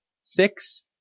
six